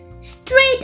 straight